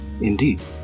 Indeed